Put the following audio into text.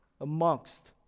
amongst